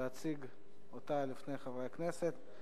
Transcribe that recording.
להציג אותה בפני חברי הכנסת.